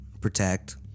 protect